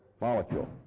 molecule